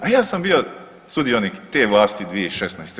Ja sam bio sudionik te vlasti 2016.